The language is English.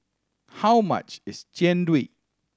how much is Jian Dui